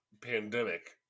pandemic